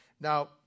Now